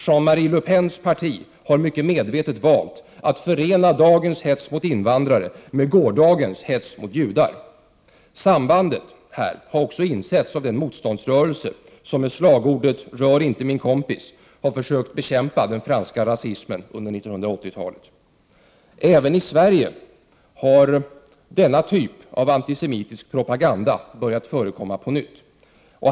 Jean-Marie Le Pens parti har mycket medvetet valt att förena dagens hets mot invandrare med gårdagens hets mot judar. Sambandet här har också insetts av den motståndsrörelse som med slagordet ”Rör inte min kompis” har försökt bekämpa den franska rasismen under 1980-talet. Även i Sverige har denna typ av antisemitisk propaganda börjat förekomma under senare år.